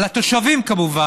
על התושבים, כמובן.